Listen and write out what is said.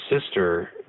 sister